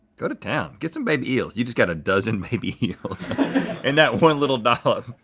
go to town, get some baby eels. you just got a dozen baby eels in that one little dollop.